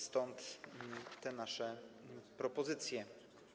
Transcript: Stąd te nasze propozycje.